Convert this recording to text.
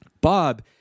Bob